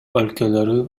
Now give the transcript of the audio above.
өлкөлөрү